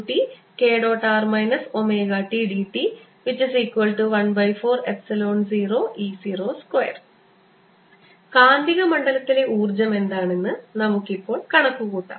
r ωtdt140E02 കാന്തിക മണ്ഡലത്തിലെ ഊർജ്ജം എന്താണെന്ന് നമുക്ക് ഇപ്പോൾ കണക്കുകൂട്ടാം